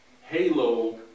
Halo